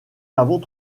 avons